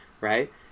right